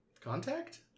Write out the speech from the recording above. Contact